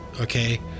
okay